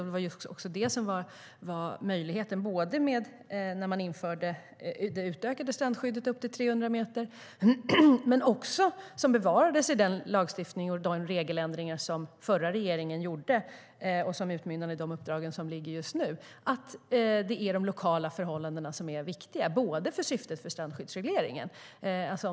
Det gavs en möjlighet när strandskyddet utökades till 300 meter, men det bevarades också i de ändringar i lagstiftningen som den förra regeringen gjorde och som utmynnade i de uppdrag som ligger just nu, för de lokala förhållandena är viktiga i fråga om syftet med strandregleringen.